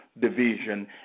division